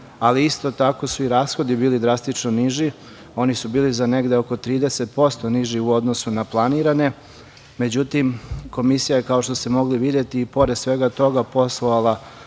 ali isto tako su i rashodi bili drastično niži. Oni su bili za negde oko 30% niži u odnosu na planirane. Komisija je, kao što ste mogli videti, i pored svega toga, poslovala